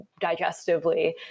digestively